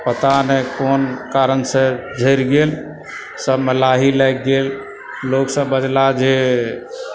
पता नहि कोन कारणसे झड़ि गेल सभमे लाही लागि गेल लोग सभ बजला जे